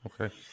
Okay